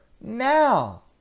now